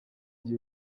gihe